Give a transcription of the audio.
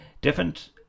different